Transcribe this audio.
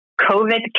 COVID